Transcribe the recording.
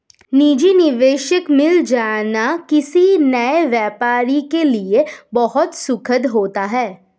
निजी निवेशक मिल जाना किसी नए व्यापारी के लिए बहुत सुखद होता है